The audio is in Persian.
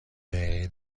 دقیقه